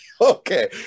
okay